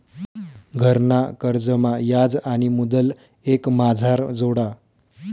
घरना कर्जमा याज आणि मुदल एकमाझार जोडा